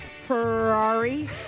Ferrari